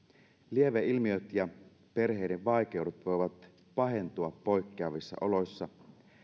lieveilmiöt ja perheiden vaikeudet voivat pahentua poikkeavissa oloissa